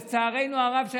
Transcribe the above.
לצערנו הרב,